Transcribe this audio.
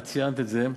את ציינת את זה,